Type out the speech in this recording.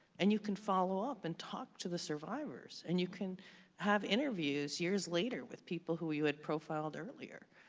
and you can follow up and talk to the survivors, and you can have interviews years later with people who you had profiled earlier,